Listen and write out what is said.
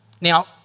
Now